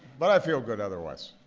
but i feel good otherwise.